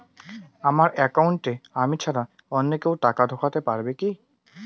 আমার একাউন্টে আমি ছাড়া অন্য কেউ টাকা ঢোকাতে পারবে কি?